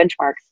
benchmarks